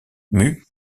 mue